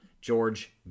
George